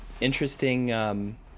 Interesting